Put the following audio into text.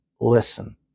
listen